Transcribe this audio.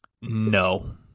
No